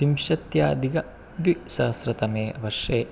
त्रिंशत्यादिकद्विसहस्रतमे वर्षे